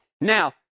now